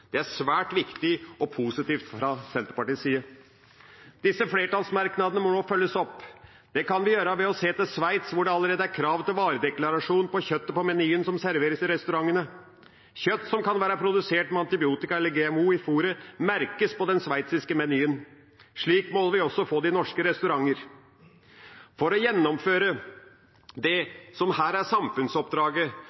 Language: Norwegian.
Det er svært viktig og positivt, sett fra Senterpartiets side. Disse flertallsmerknadene må følges opp. Det kan vi gjøre ved å se til Sveits, hvor det allerede er krav til varedeklarasjon på menyen over kjøttet som serveres i restaurantene. Kjøtt som kan være produsert med antibiotika eller GMO i fôret, merkes på den sveitsiske menyen. Slik må vi også få det i norske restauranter. For å gjennomføre det